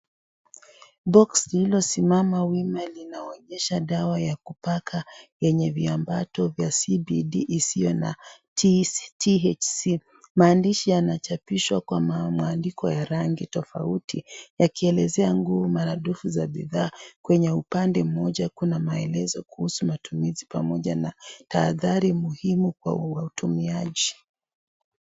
Boksi lililosimama wima linaonyesha dawa ya kupaka yenye viambato vya CBD isiyo na THC. Maandishi yanachapishwa kwa mwandiko wa rangi tofauti yakielezea nguvu maradufu ya bidhaa. Kwenye upande mmoja kuna maelezo kuhusu matumizi pamoja na tahadhari muhimu kwa watumiaji.